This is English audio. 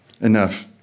enough